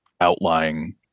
outlying